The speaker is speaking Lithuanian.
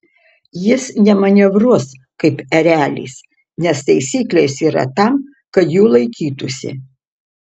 jis nemanevruos kaip erelis nes taisyklės yra tam kad jų laikytųsi